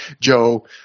Joe